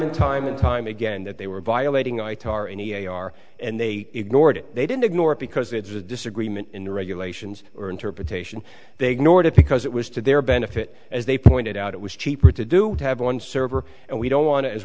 and time and time again that they were violating i taryn e a r and they ignored it they didn't ignore it because it's a disagreement in the regulations or interpretation they ignored it because it was to their benefit as they pointed out it was cheaper to do have one server and we don't want to as